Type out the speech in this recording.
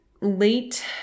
late